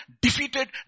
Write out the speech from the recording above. defeated